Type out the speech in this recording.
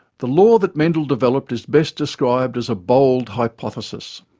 the law that mendel developed is best described as a bold hypothesis